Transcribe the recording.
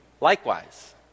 likewise